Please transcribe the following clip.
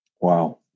Wow